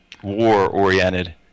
War-oriented